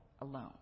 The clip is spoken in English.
alone